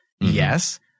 Yes